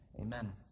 Amen